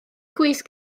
gwisg